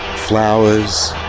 flowers,